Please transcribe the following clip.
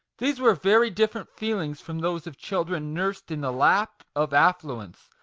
these were very different feelings from those of children nursed in the lap of affluence,